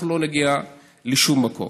אנחנו לא נגיע לשום מקום.